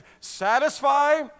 satisfy